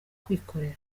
kwikorera